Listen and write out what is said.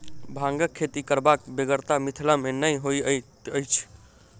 भांगक खेती करबाक बेगरता मिथिला मे नै होइत अछि